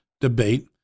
debate